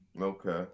Okay